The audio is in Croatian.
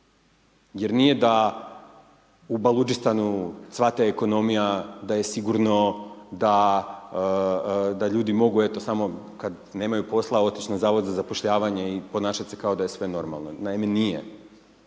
jer nije da u Baludistanu cvate ekonomija, da je sigurno, da ljudi mogu eto samo kad nemaju posla otić na Zavod za zapošljavanje i ponašat se kao da je sve normalno, naime nije.